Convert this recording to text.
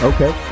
Okay